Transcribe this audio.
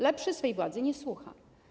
Lepszy swej władzy nie słucha.